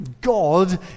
God